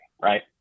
Right